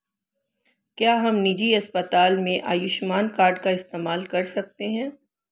क्या हम निजी अस्पताल में आयुष्मान कार्ड का इस्तेमाल कर सकते हैं?